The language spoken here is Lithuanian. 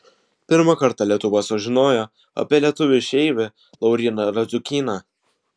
pirmą kartą lietuva sužinojo apie lietuvį išeivį lauryną radziukyną